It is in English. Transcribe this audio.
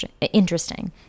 interesting